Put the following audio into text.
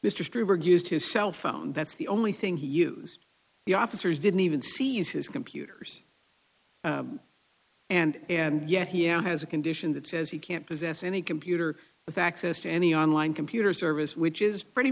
troubridge used his cell phone that's the only thing he use the officers didn't even see is his computers and and yet he has a condition that says he can't possess any computer with access to any online computer service which is pretty